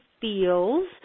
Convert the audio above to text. feels